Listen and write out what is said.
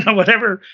whatever.